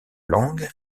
langue